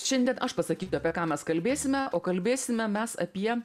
šiandien aš pasakysiu apie ką mes kalbėsime o kalbėsime mes apie